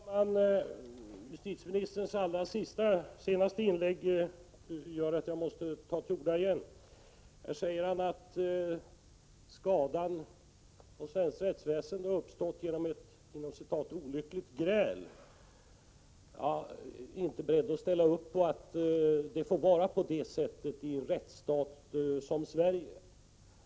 Herr talman! Justitieministerns allra senaste inlägg gör att jag måste ta till orda igen. Han säger att skadan på svenskt rättsväsende har uppstått genom ett ”olyckligt gräl”. Jag är inte beredd att ställa upp på att det får vara på det sättet i en rättsstat som Sverige.